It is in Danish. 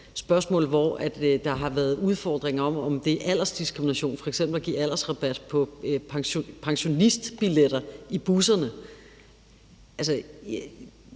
hvor der har været udfordringer med, om det er aldersdiskrimination f.eks. at give aldersrabat på pensionistbilletter i busserne. Nu